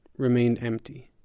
remained empty.